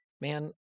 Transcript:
man